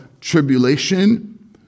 tribulation